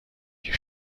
die